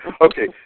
Okay